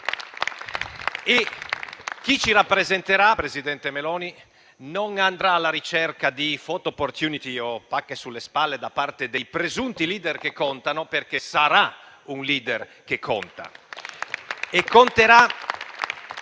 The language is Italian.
Chi ci rappresenterà, presidente Meloni, non andrà alla ricerca di *photo opportunity* o di pacche sulle spalle da parte dei presunti *leader* che contano, perché sarà un *leader* che conta